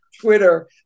Twitter